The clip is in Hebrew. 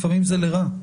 לפעמים זה לרעה.